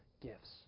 gifts